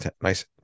nice